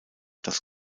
das